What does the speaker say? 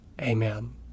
Amen